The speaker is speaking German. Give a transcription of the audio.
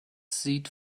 sieht